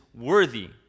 worthy